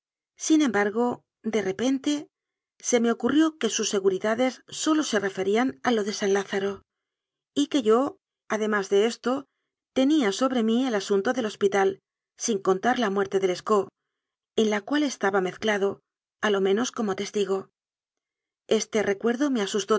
sin embargo de re pente se me ocurrió que sus seguridades sólo se referían a lo de san lázaro y que yo además de esto tenía sobre mí el asunto del hospital sin contar la muerte de lescaut en la cual estaba mezclado a lo menos como testigo este recuerdo me asustó